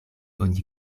oni